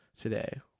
today